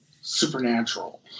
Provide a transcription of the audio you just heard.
supernatural